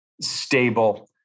stable